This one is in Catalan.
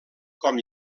com